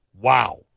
Wow